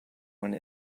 one